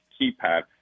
keypad